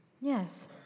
Yes